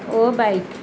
ଓ bike